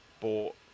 bought